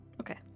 Okay